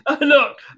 Look